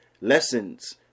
lessons